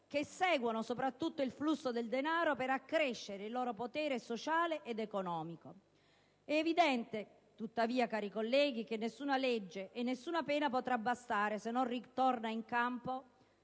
che seguono soprattutto il flusso del denaro, per accrescere il loro potere sociale ed economico. È evidente, tuttavia, cari colleghi, che nessuna legge e nessuna pena potrà bastare, se non ritorna in campo